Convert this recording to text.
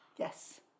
Yes